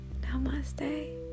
Namaste